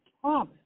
promise